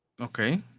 Okay